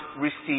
receive